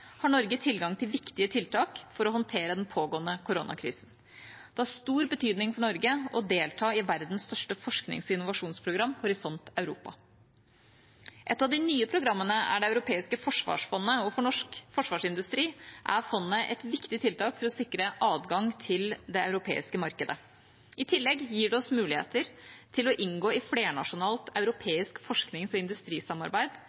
har Norge tilgang til viktige tiltak for å håndtere den pågående koronakrisen. Det har stor betydning for Norge å delta i verdens største forsknings- og innovasjonsprogram, Horisont Europa. Et av de nye programmene er det europeiske forsvarsfondet. For norsk forsvarsindustri er fondet et viktig tiltak for å sikre adgang til det europeiske markedet. I tillegg gir det oss mulighet til å inngå i flernasjonalt